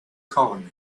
colony